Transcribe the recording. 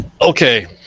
Okay